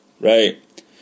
right